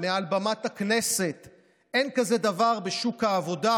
ואשתו יוצאת לעבוד,